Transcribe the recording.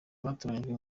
batoranyijwe